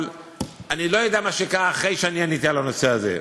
אבל אני לא יודע מה קרה אחרי שאני עניתי על הנושא הזה.